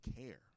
care